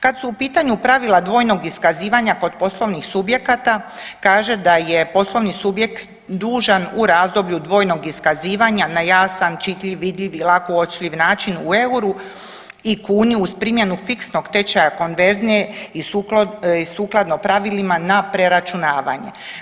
Kad su u pitanju pravila dvojnog iskazivanja kod poslovnih subjekata, kaže da je poslovni subjekt dužan u razdoblju dvojnog iskazivanja na jasan, čitljiv, vidljiv i lako uočljiv način u euru i kuni uz primjenu fiksnog tečaja konverzije i sukladno pravilima na preračunavanje.